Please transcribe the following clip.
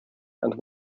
and